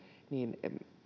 niin